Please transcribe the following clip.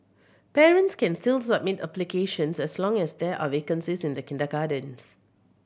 parents can still submit applications as long as there are vacancies in the kindergartens